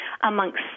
amongst